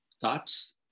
thoughts